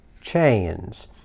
chains